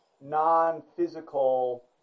non-physical